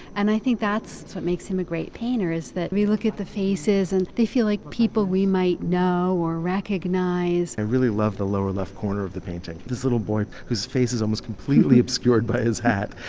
and i think that's what makes him a great painter, is that we look at the faces, and they feel like people we might know or recognize. male voiceover i really love the lower left corner of the painting. this little boy whose face is almost completely obscured by his hat,